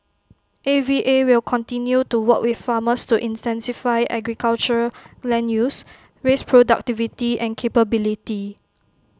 A V A will continue to work with farmers to intensify agriculture land use raise productivity and capability